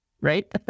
right